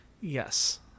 Yes